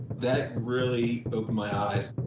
that really opened my eyes.